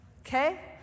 Okay